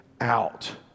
out